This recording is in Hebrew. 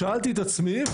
שאלתי את עצמי,